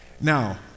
Now